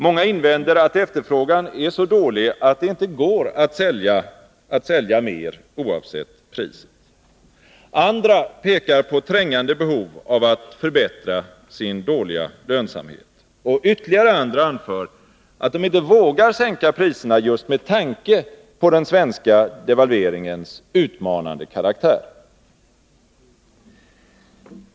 Många invänder att efterfrågan är så dålig att det inte går att sälja mer, oavsett priset. Andra pekar på trängande behov av att förbättra sin dåliga lönsamhet. Och ytterligare andra anför att de inte vågar sänka priserna just med tanke på den svenska devalveringens utmanande karaktär.